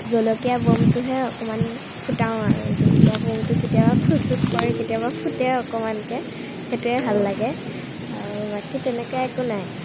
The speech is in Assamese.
জলকীয়া বোমটোহে অকণমান ফুটাও আৰু জলকীয়া বোমটো কেতিয়াবা ফুচুক কৰে কেতিয়াবা ফুটে আৰু অকণমানকৈ সেইটোৱে ভাল লাগে আৰু বাকী তেনেকুৱা একো নাই